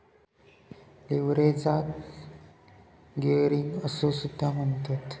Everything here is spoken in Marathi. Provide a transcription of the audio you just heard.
लीव्हरेजाक गियरिंग असो सुद्धा म्हणतत